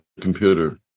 computer